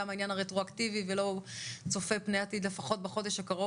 גם העניין הרטרואקטיבי ולא צופה פני עתיד לפחות בחודש הקרוב,